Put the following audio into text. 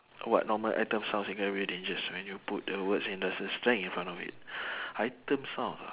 what normal item sounds incredibly dangerous when you put the words industrial strength in front of it item sound ah